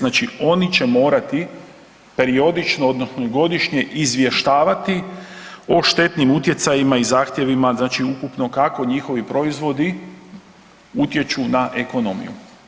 Znači oni će morati periodično odnosno godišnje izvještavati o štetnim utjecajima i zahtjevima znači ukupno kako njihovi proizvodi utječu na ekonomiju.